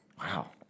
Wow